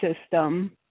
system